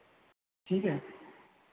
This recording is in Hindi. ठीक है